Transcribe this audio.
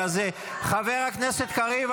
חבר הכנסת קריב,